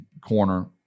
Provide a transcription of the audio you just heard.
corner